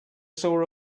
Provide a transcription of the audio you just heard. saw